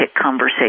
conversation